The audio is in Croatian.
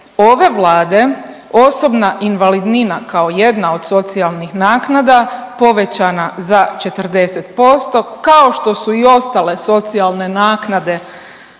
ove Vlade osobna invalidnina kao jedna od socijalnih naknada povećana za 40% kao što su i ostale socijalne naknade